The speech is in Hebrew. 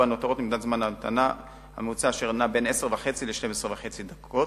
הנותרות נמדד זמן המתנה ממוצע שנע בין 10.5 ל-12.5 דקות.